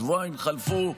שבועיים חלפו,